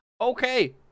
Okay